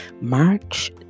March